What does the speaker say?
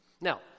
Now